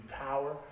power